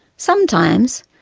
sometimes,